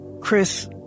Chris